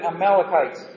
Amalekites